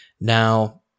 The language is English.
Now